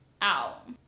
out